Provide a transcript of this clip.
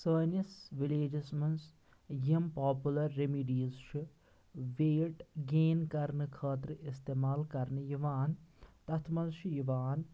سٲنِس وِلیجس منٛز یِم پاپوٗلر ریمِڈیز چھِ وٮ۪ٹ گٮ۪ن کرنہٕ خٲطرٕ اِستعمال کرنہٕ یِوان تَتھ منٛز چھُ یِوان